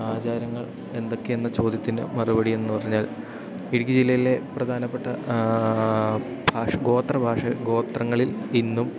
ആചാരങ്ങൾ എന്തൊക്കെയെന്ന ചോദ്യത്തിന് മറുപടിയെന്നു പറഞ്ഞാൽ ഇടുക്കി ജില്ലയിലെ പ്രധാനപ്പെട്ട ഭാഷ ഗോത്രഭാഷ ഗോത്രങ്ങളിൽ ഇന്നും